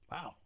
Wow